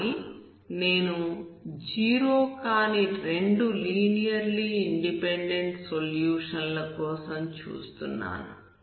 కానీ నేను 0 కాని రెండు లీనియర్లీ ఇండిపెండెంట్ సొల్యూషన్ ల కోసం చూస్తున్నాను